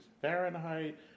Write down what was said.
Fahrenheit